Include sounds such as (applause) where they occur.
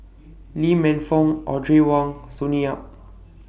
Lee Man Fong Audrey Wong Sonny Yap (noise)